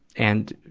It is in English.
and,